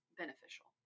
beneficial